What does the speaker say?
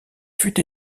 fut